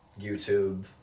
YouTube